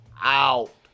out